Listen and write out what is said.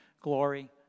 glory